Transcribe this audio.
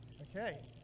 Okay